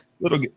Little